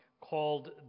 called